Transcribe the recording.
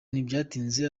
ntibyatinze